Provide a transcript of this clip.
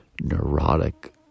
neurotic